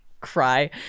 cry